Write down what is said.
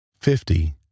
fifty